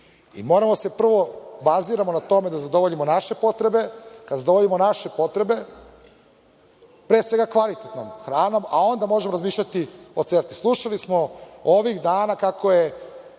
Moramo prvo da se baziramo na tome da zadovoljimo naše potrebe, a kada zadovoljimo naše potrebe, pre svega kvalitetnom hranom, onda možemo razmišljati o CEFTA.Slušali smo ovih dana kako su